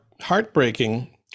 heartbreaking